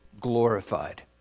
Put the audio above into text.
glorified